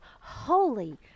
holy